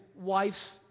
wife's